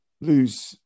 lose